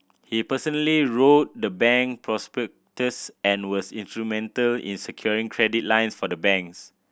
he personally wrote the bank prospectus and was instrumental in securing credit lines for the banks